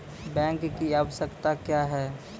Bank की आवश्यकता क्या हैं?